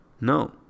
No